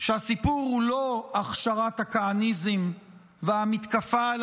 שהסיפור הוא לא הכשרת הכהניזם והמתקפה על